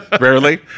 Rarely